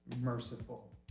merciful